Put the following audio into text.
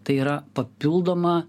tai yra papildoma